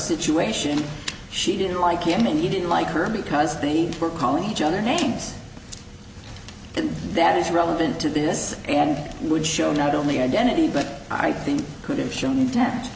situation she didn't like him and he didn't like her because they were calling each other names and that is relevant to this and would show not only identity but i think could have shown inten